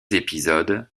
épisodes